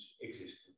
existence